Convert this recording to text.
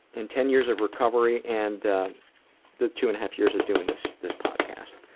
in ten years of recovery and the the two and a half years of doing this this podcast.